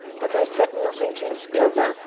but i said nothing to miss glover.